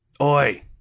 Oi